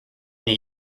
new